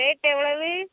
rate எவ்வளவு